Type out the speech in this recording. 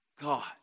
God